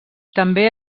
també